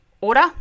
order